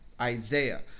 Isaiah